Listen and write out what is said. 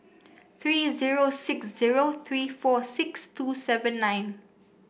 three zero six zero three four six two seven nine